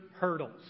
hurdles